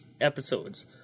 episodes